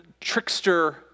trickster